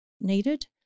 needed